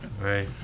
Right